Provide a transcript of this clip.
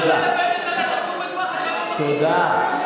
תודה.